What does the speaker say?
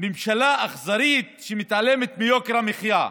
"ממשלה אכזרית שמתעלמת מיוקר המחיה".